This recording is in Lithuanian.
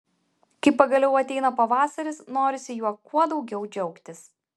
kai pagaliau ateina pavasaris norisi juo kuo daugiau džiaugtis